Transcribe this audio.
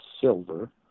silver